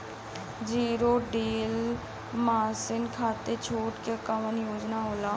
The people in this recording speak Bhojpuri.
जीरो डील मासिन खाती छूट के कवन योजना होला?